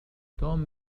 توم